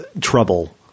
trouble